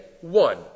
one